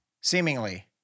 seemingly